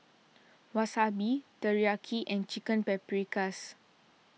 Wasabi Teriyaki and Chicken Paprikas